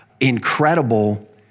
Incredible